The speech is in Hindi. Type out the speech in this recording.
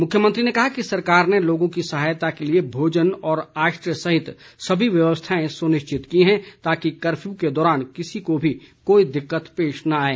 मुख्यमंत्री ने कहा कि सरकार ने लोगों की सहायता के लिए भोजन और आश्रय सहित सभी व्यवस्थाएं सुनिश्चित की हैं ताकि कफ्यू के दौरान किसी को भी कोई दिक्कत पेश न आए